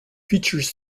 features